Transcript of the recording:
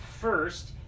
first